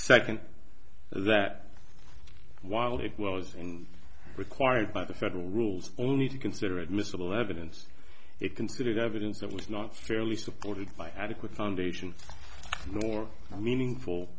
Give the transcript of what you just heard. second that while it was in required by the federal rules only to consider admissible evidence it considered evidence that was not fairly supported by adequate foundation for a meaningful